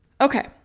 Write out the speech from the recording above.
okay